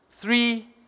three